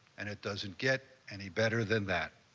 and it doesn't get any better than that.